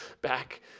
back